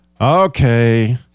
Okay